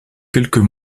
quelques